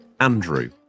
Andrew